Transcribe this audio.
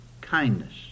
kindness